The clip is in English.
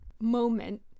moment